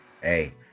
Hey